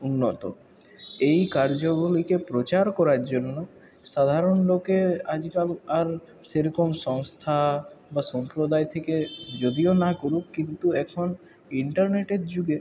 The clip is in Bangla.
উন্নত এই কার্যগুলিকে প্রচার করার জন্য সাধারণ লোকে আজকাল আর সেরকম সংস্থা বা সম্প্রদায় থেকে যদিও না করুক কিন্তু এখন ইন্টারনেটের যুগে